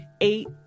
Eight